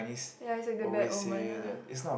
ya it's like the bad omen ah